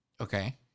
Okay